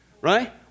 Right